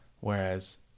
Whereas